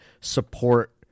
support